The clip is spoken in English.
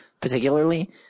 particularly